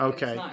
Okay